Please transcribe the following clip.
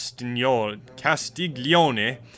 Castiglione